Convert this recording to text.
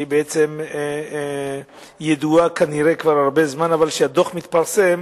היא ידועה כנראה כבר הרבה זמן, אבל כשהדוח מתפרסם